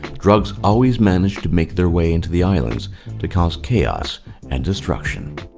drugs always manage to make their way into the islands to cause chaos and destruction.